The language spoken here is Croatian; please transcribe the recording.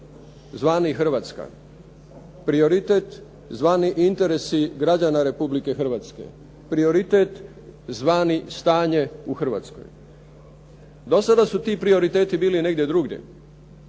zvani Hrvatska, prioritet zvani interesi građana Republike Hrvatske, prioritet zvani stanje u Hrvatskoj. Do sada su ti prioriteti bili negdje drugdje,